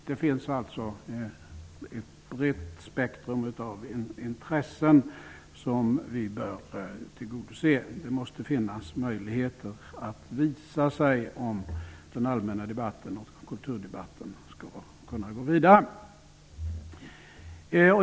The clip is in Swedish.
Det finns alltså ett brett spektrum av intressen som vi bör tillgodose. Det måste finnas möjligheter att visa sig om den allmänna debatten och kulturdebatten skall kunna gå vidare.